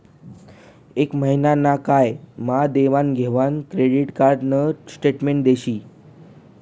एक महिना ना काय मा देवाण घेवाण करेल क्रेडिट कार्ड न स्टेटमेंट दिशी